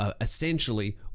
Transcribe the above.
essentially